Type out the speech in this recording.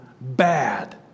bad